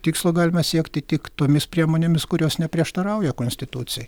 tikslo galime siekti tik tomis priemonėmis kurios neprieštarauja konstitucijai